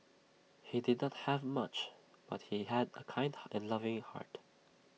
he did not have much but he had A kind and loving heart